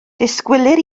disgwylir